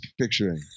picturing